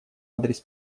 адрес